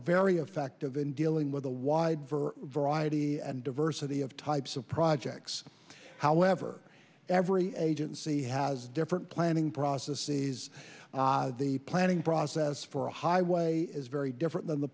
very effective in dealing with a wide variety and diversity of types of projects however every agency has a different planning process sees the planning process for a highway is very different than the